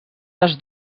les